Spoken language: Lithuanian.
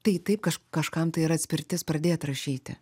tai taip kažkam tai yra atspirtis pradėt rašyti